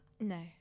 no